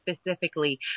specifically